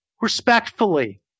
respectfully